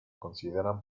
consideran